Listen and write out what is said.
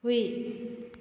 ꯍꯨꯏ